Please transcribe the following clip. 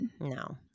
No